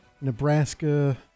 Nebraska